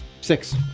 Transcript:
Six